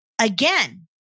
again